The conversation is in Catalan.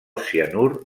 cianur